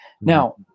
Now